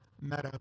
meta